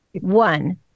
One